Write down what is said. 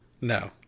no